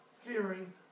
fearing